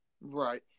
Right